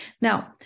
Now